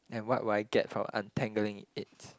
and what will I get from untangling it